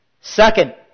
Second